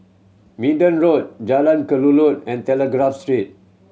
Minden Road Jalan Kelulut and Telegraph Street